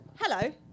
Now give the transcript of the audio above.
hello